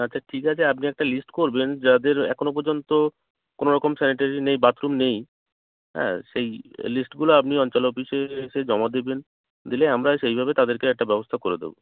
আচ্ছা ঠিক আছে আপনি একটা লিস্ট করবেন যাদের এখনো পর্যন্ত কোনো রকম স্যানিটারি নেই বাথরুম নেই হ্যাঁ সেই লিস্টগুলো আপনি অঞ্চল অফিসে এসে জমা দেবেন দিলে আমরা সেইভাবে তাদেরকে একটা ব্যবস্থা করে দেবো